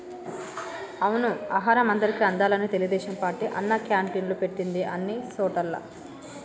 అవును ఆహారం అందరికి అందాలని తెలుగుదేశం పార్టీ అన్నా క్యాంటీన్లు పెట్టింది అన్ని సోటుల్లా